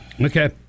Okay